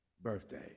birthday